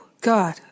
God